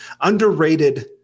underrated